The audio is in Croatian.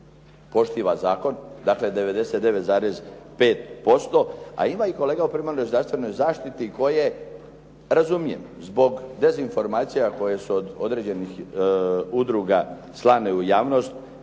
poštiva zakon. Dakle, 99,5% a ima i kolega u primarnoj zdravstvenoj zaštiti koje razumijem zbog dezinformacija koje su od određenih udruga slane u javnost